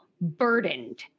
burdened